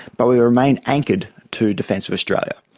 but we remain anchored to defence of australia.